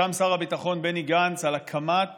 חתם שר הביטחון בני גנץ על הקמת